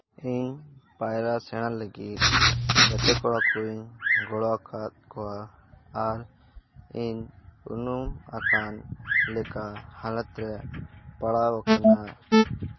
ᱤᱧ ᱯᱟᱭᱨᱟ ᱥᱮᱬᱟ ᱞᱟᱹᱜᱤᱫ ᱜᱟᱛᱮ ᱠᱚᱲᱟ ᱠᱚᱸᱧ ᱜᱚᱲᱚ ᱟᱠᱟᱫ ᱠᱚᱣᱟ ᱟᱨ ᱤᱧ ᱩᱱᱩᱢ ᱟᱠᱟᱱ ᱞᱮᱠᱟ ᱦᱟᱞᱚᱛᱨᱮ ᱯᱟᱲᱟᱣ ᱟᱠᱟᱱᱟ